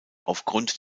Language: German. aufgrund